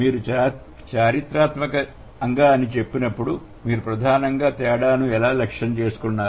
మీరు చారిత్రాత్మకంగా చెప్పినప్పుడు మీరు ప్రధానంగా తేడాను ఎలా లక్ష్యంగా చేసుకున్నారు